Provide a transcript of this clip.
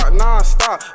nonstop